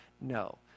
No